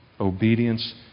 Obedience